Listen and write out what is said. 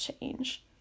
change